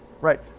right